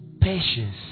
patience